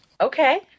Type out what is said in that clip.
Okay